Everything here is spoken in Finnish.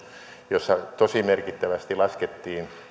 jossa tosi merkittävästi laskettiin